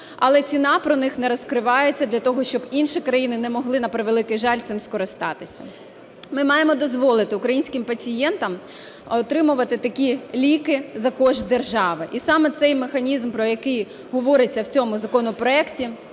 але ціна про них не розкривається для того, щоб інші країни не могли, на превеликий жаль, цим скористатися. Ми маємо дозволити українським пацієнтам отримувати такі ліки за кошт держави. І саме цей механізм, про який говориться в цьому законопроекті,